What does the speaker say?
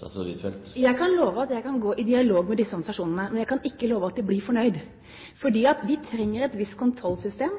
kan love at jeg kan gå i dialog med disse organisasjonene, men jeg kan ikke love at de blir fornøyd. For vi trenger et visst kontrollsystem.